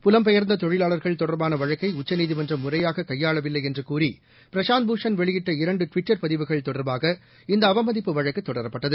புலம்பெயர்ந்ததொழிலாளர்கள் தொடர்பானவழக்கைஉச்சநீதிமன்றம் முறையாககையாளவில்லைஎன்றுகூறி பிரசாந்த் பூஷன் வெளியிட்ட இரண்டுட்விட்டர் பதிவுகள் தொடர்பாக இந்தஅவமதிப்பு வழக்குதொடரப்பட்டது